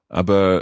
aber